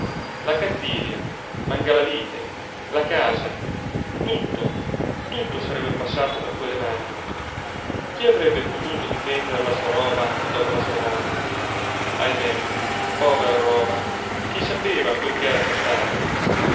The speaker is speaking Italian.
la canziria mangalavite la casa tutto tutto sarebbe passato per quelle mani chi avrebbe potuto difendere la sua roba dopo la sua morte ahimè povera roba chi sapeva quel che era costata